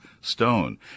stone